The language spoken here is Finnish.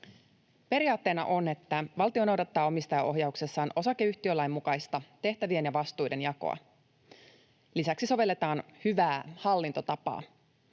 Periaatteena on, että valtio noudattaa omistajaohjauksessaan osakeyhtiölain mukaista tehtävien ja vastuiden jakoa. Lisäksi sovelletaan hyvää hallintotapaa.